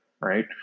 Right